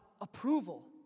approval